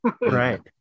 Right